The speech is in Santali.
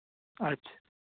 ᱟᱪᱪᱷᱟ